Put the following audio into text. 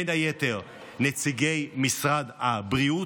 בין היתר נציגי משרד הבריאות,